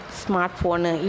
smartphone